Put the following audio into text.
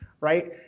right